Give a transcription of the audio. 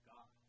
God